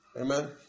Amen